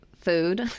food